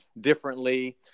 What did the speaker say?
differently